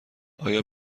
آیا